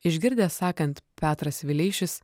išgirdę sakant petras vileišis